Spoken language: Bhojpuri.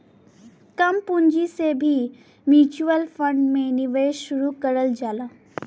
कम पूंजी से भी म्यूच्यूअल फण्ड में निवेश शुरू करल जा सकला